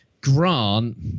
Grant